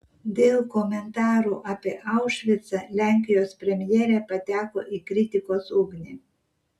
dėl komentarų apie aušvicą lenkijos premjerė pateko į kritikos ugnį